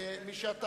אני מסכימה.